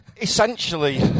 essentially